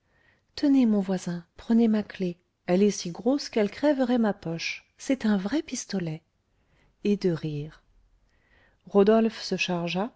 tenez mon voisin prenez ma clef elle est si grosse qu'elle crèverait ma poche c'est un vrai pistolet et de rire rodolphe se chargea